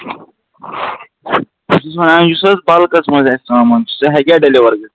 یُس وَنان یُس حَظ بَلکَس منٛز آسہِ سامُن سُہ ہیٚکیا ڈیٚلِور گٔہ